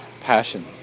Passion